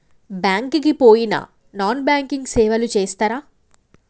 Bank కి పోయిన non banking సేవలు చేస్తరా?